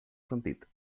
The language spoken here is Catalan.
sentit